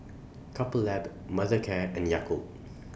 Couple Lab Mothercare and Yakult